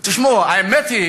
האמת היא